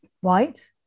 white